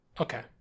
okay